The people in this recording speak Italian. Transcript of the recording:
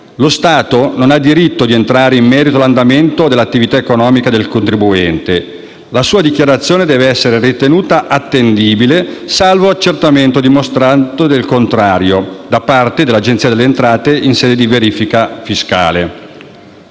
Lo Stato non ha il diritto di entrare in merito all'andamento dell'attività economica del contribuente. La sua dichiarazione deve essere ritenuta attendibile, salvo accertamento dimostrante il contrario da parte dell'Agenzia delle entrate in sede di verifica fiscale.